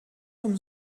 vom